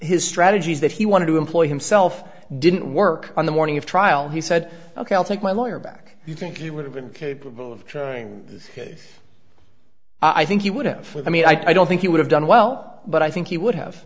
his strategies that he wanted to employ himself didn't work on the morning of trial he said ok i'll take my lawyer back you think you would have been capable of it i think you would have with me i don't think you would have done well but i think he would have